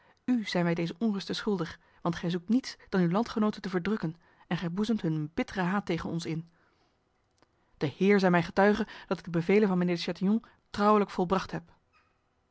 u zijn wij deze onrusten schuldig want gij zoekt niets dan uw landgenoten te verdrukken en gij boezemt hun een bittere haat tegen ons in de heer zij mij getuige dat ik de bevelen van mijnheer de chatillon trouwelijk volbracht heb